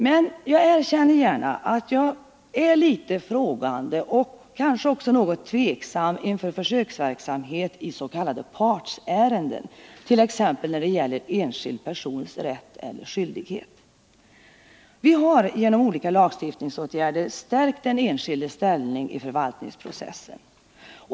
Men jag erkänner gärna att jag är något frågande och kanske också något tveksam inför försöksverksamhet i s.k. partsärenden, t.ex. när det 55 gäller enskild persons rätt eller skyldighet. Vi har genom olika lagstiftningsåtgärder stärkt den enskildes ställning i förvaltningsprocessen.